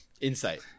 Insight